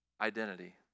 identity